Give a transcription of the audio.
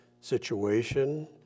situation